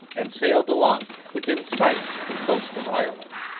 and sailed along within sight of the coast of ireland.